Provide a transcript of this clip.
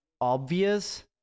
obvious